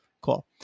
Cool